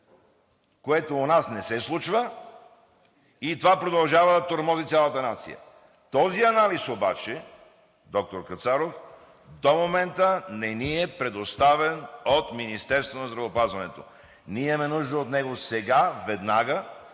което у нас не се случва и това продължава да тормози цялата нация. Този анализ обаче, доктор Кацаров, до момента не ни е предоставен от Министерството на здравеопазването. Ние имаме нужда от него сега, веднага,